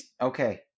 Okay